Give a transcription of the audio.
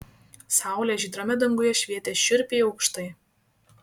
saulė žydrame danguje švietė šiurpiai aukštai